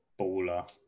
Baller